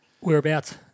Whereabouts